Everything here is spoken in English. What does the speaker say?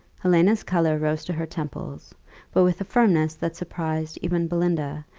helena's colour rose to her temples but, with a firmness that surprised even belinda,